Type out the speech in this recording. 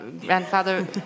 grandfather